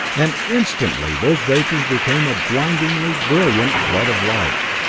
and instantly those vapors became a blindingly brilliant flood of light.